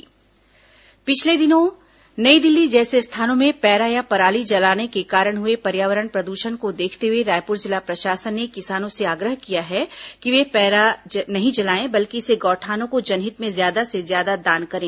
para गौठान पिछले दिनों नई दिल्ली जैसे स्थानों में पैरा या पराली जलाने के कारण हुए पर्यावरण प्रद्षण को देखते हुए रायपुर जिला प्रशासन ने किसानों से आग्रह किया है कि वे पैरा नहीं जलाएं बल्कि इसे गौठानों को जनहित में ज्यादा से ज्यादा दान करें